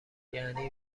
یعنی